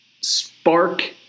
spark